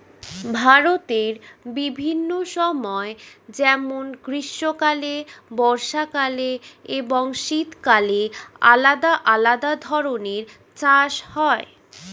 ভারতের বিভিন্ন সময় যেমন গ্রীষ্মকালে, বর্ষাকালে এবং শীতকালে আলাদা আলাদা ধরনের চাষ হয়